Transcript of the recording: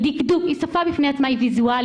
דקדוק היא שפה ויזואלית.